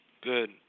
Good